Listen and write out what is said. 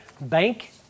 Bank